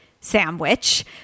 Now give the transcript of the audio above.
sandwich